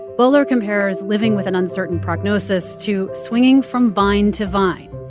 bowler compares living with an uncertain prognosis to swinging from vine to vine,